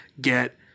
get